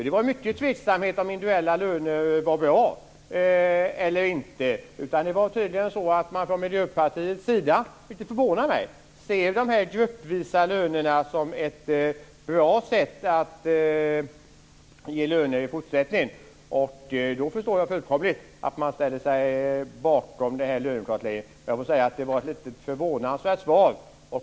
Det var mycket tveksamhet till om man vill ha individuella löner eller inte. Man ser tydligen från Miljöpartiets sida, vilket förvånar mig, de här gruppvisa lönerna som ett bra sätt att ge löner i fortsättningen. Då förstår jag fullkomligt att man ställer sig bakom lönekartläggningen. Det var ett förvånansvärt svar.